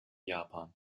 japan